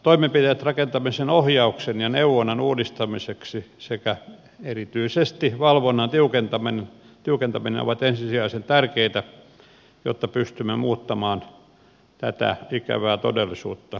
toimenpiteet rakentamisen ohjauksen ja neuvonnan uudistamiseksi sekä erityisesti valvonnan tiukentaminen ovat ensisijaisen tärkeitä jotta pystymme muuttamaan tätä ikävää todellisuutta rakennuskannassamme